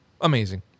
Amazing